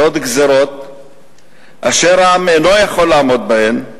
ועוד גזירות אשר העם אינו יכול לעמוד בהן,